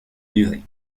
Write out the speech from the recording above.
durée